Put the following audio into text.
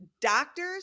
doctors